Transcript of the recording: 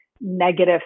negative